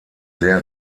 sehr